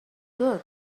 good